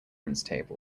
conference